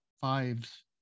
fives